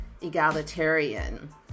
egalitarian